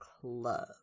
club